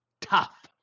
tough